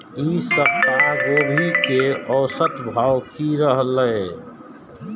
ई सप्ताह गोभी के औसत भाव की रहले?